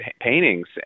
paintings